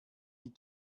die